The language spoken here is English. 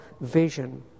vision